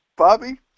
Bobby